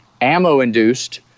ammo-induced